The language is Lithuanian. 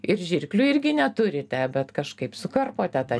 ir žirklių irgi neturite bet kažkaip sukarpote tą